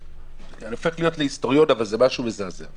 אני הופך להיות היסטוריון אבל זה משהו מזעזע.